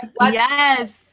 Yes